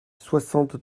soixante